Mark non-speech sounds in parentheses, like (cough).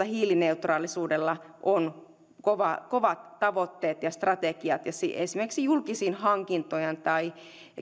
(unintelligible) hiilineutraalisuudella on kovat tavoitteet ja strategiat esimerkiksi julkisten hankintojen tai